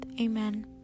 Amen